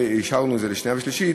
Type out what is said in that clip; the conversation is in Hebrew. ואישרנו את זה לשנייה ושלישית,